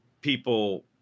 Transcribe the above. people